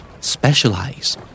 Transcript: specialize